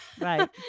Right